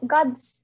God's